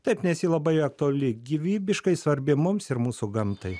taip nes ji labai aktuali gyvybiškai svarbi mums ir mūsų gamtai